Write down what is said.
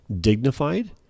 dignified